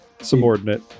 subordinate